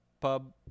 pub